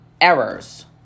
errors